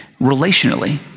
relationally